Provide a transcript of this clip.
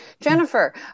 Jennifer